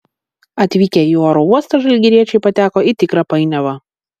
atvykę į oro uostą žalgiriečiai pateko į tikrą painiavą